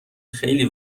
خیلی